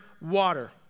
water